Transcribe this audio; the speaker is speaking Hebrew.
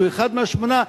שהוא אחד מהשמונה,